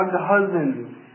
husbands